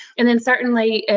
and then, certainly,